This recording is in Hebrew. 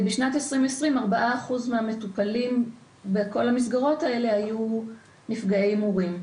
בשנת 2020 4% מהמטופלים בכל המסגרות האלה היו נפגעי הימורים.